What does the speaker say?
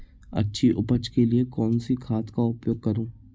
अच्छी उपज के लिए कौनसी खाद का उपयोग करूं?